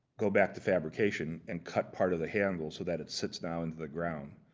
go back the fabrication and cut part of the handle, so that it sits down into the ground.